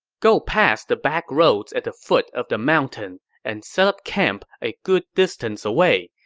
go past the backroads at the foot of the mountain and set up camp a good distance away,